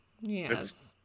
Yes